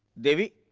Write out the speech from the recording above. devi.